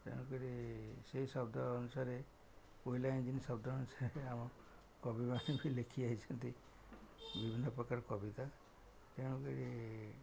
ତେଣୁ କରି ସେଇ ଶବ୍ଦ ଅନୁସାରେ କୋଇଲା ଇଞ୍ଜିନ ଶବ୍ଦ ଅନୁସାରେ ଆମ କବିମାନେ ବି ଲେଖିଆସିଛନ୍ତି ବିଭିନ୍ନ ପ୍ରକାର କବିତା ତେଣୁ କରି